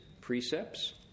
precepts